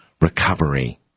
recovery